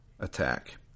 Attack